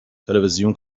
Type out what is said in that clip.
تلویزیون